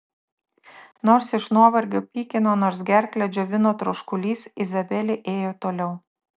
nors iš nuovargio pykino nors gerklę džiovino troškulys izabelė ėjo toliau